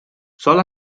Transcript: sol